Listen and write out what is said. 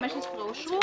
15-10 אושרו.